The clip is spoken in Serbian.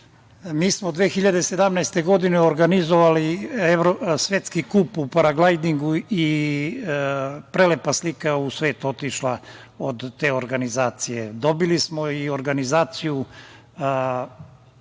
Mi smo 2017. godine organizovali Svetski kup u paraglajdingu i prelepa slika je u svet otišla od te organizacije. Dobili smo i organizaciju